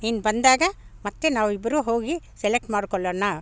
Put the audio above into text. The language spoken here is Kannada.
ನೀನು ಬಂದಾಗ ಮತ್ತೆ ನಾವಿಬ್ಬರು ಹೋಗಿ ಸೆಲೆಕ್ಟ್ ಮಾಡ್ಕೊಳ್ಳೋಣ